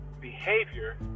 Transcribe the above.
behavior